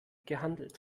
gehandelt